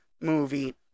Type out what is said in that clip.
movie